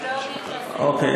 אוקיי,